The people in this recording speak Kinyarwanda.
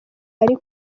ari